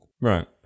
Right